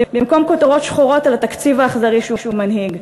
במקום כותרות שחורות על התקציב האכזרי שהוא מנהיג.